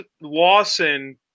Lawson